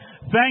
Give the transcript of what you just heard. Thank